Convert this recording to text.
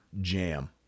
Jam